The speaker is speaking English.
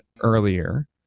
earlier